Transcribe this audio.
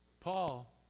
Paul